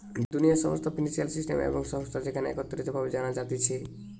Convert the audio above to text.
দুনিয়ার সমস্ত financial system এবং সংস্থা যেখানে একত্রিত ভাবে জানা যাতিছে